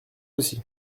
aussi